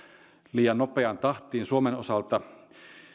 liian nopeaan tahtiin suomen osalta